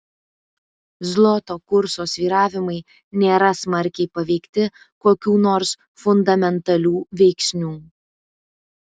zloto kurso svyravimai nėra smarkiai paveikti kokių nors fundamentalių veiksnių